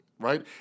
right